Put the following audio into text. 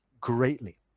greatly